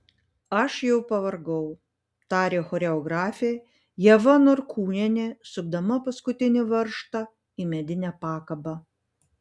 aš jau pavargau tarė choreografė ieva norkūnienė sukdama paskutinį varžtą į medinę pakabą